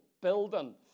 building